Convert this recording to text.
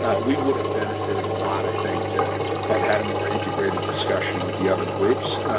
we would have benefited a lot, i think, to have had a more integrated discussion with the other groups.